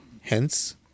Hence